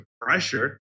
pressure